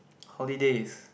holidays